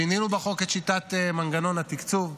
שינינו בחוק את שיטת מנגנון התקצוב.